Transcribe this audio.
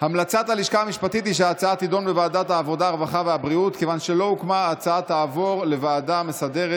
לוועדה שתקבע הוועדה המסדרת